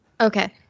Okay